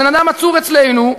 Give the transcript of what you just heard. הבן-אדם עצור אצלנו,